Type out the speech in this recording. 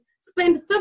spend